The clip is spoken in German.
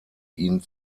ihn